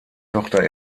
tochter